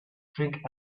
drink